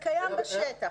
אוקיי, אבל זה קיים בשטח.